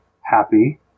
happy